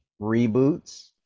reboots